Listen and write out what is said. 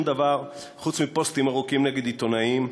דבר חוץ מפוסטים ארוכים נגד עיתונאים,